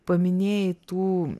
paminėjai tų